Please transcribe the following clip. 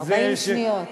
40 שניות.